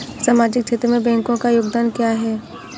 सामाजिक क्षेत्र में बैंकों का योगदान क्या है?